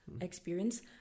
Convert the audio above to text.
Experience